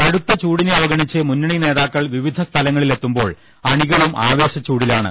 കടുത്ത ചൂടിനെ അവ ഗണിച്ച് മുന്നണി നേതാക്കൾ വിവിധ സ്ഥലങ്ങളിലെത്തുമ്പോൾ അണികളും ആവേശ ച്ചൂടിലാണ്